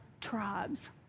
tribes